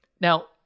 Now